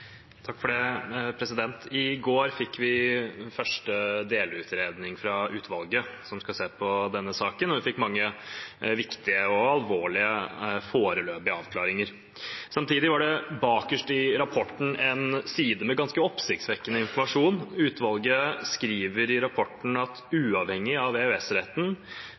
I går fikk vi første delutredning fra utvalget som skal se på denne saken, og vi fikk mange viktige – og alvorlige – foreløpige avklaringer. Samtidig var det, bakerst i rapporten, en side med ganske oppsiktsvekkende informasjon. Utvalget skriver i rapporten at uavhengig av